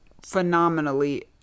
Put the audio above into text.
phenomenally